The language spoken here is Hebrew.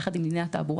יחד עם דיני התעבורה,